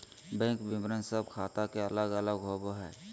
bank विवरण सब ख़ाता के अलग अलग होबो हइ